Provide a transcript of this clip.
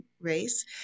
Race